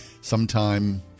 sometime